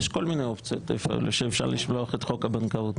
יש כל מיני אופציות שאפשר לשלוח את חוק הבנקאות.